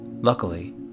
Luckily